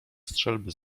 strzelby